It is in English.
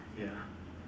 ya